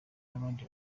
n’abandi